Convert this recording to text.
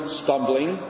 stumbling